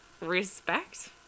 respect